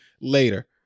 later